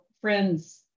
friends